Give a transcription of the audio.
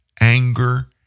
anger